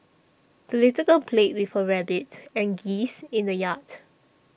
the little girl played with her rabbit and geese in the yard